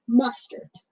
mustard